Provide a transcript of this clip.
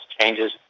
changes